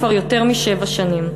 כבר יותר משבע שנים.